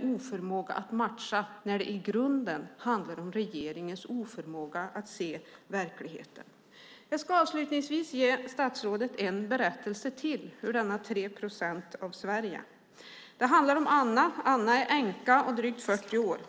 oförmåga att matcha när det i grunden handlar om regeringens oförmåga att se verkligheten! Jag ska avslutningsvis ge statsrådet en berättelse till från dessa 3 procent av Sverige. Den handlar om Anna. Anna är änka och drygt 40 år.